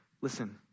Listen